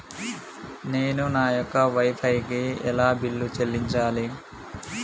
నేను నా యొక్క వై ఫై కి ఎలా బిల్లు చెల్లించాలి?